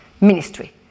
Ministry